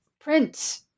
print